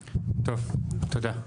טוב, תודה.